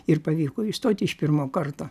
ir pavyko įstot iš pirmo karto